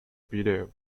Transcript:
pireo